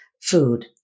food